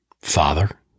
father